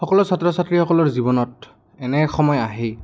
সকলো ছাত্ৰ ছাত্ৰীসকলৰ জীৱনত এনে সময় আহেই